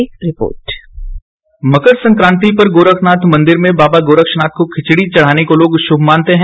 एक रिपोर्ट मकर संकांति पर गोरखनाथ मंदिर में बाबा गोरक्षनाथ को खिचड़ी चढ़ाने को लोग शुभ मानते हैं